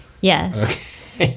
Yes